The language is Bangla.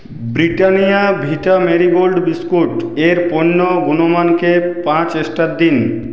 ব্রিটানিয়া ভিটা মেরি গোল্ড বিস্কুটের পণ্য গুণমানকে পাঁচ স্টার দিন